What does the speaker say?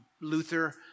Luther